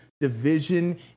division